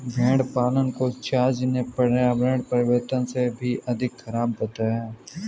भेड़ पालन को जॉर्ज ने पर्यावरण परिवर्तन से भी अधिक खराब बताया है